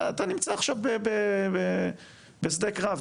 אתה נמצא עכשיו בשדה קרב,